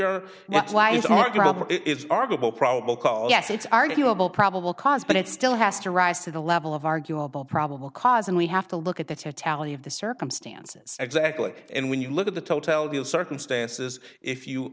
arguable it's arguable probable cause yes it's arguable probable cause but it still has to rise to the level of arguable probable cause and we have to look at the totality of the circumstances exactly and when you look at the totality of circumstances if you